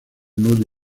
nudo